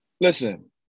Listen